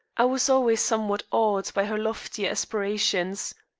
i was always somewhat awed by her loftier aspirations.